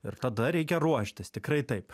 ir tada reikia ruoštis tikrai taip